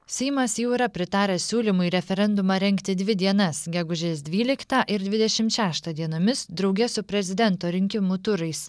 seimas jau yra pritaręs siūlymui referendumą rengti dvi dienas gegužės dvyliktą ir dvidešimt šeštą dienomis drauge su prezidento rinkimų turais